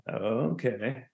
Okay